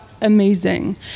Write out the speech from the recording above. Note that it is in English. amazing